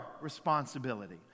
responsibility